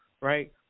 right